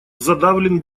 задавлен